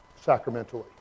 sacramentally